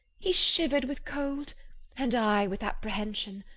he shivering with cold and i with apprehension!